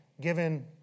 given